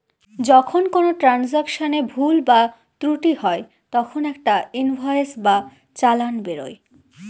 যখন কোনো ট্রান্সাকশনে ভুল বা ত্রুটি হয় তখন একটা ইনভয়েস বা চালান বেরোয়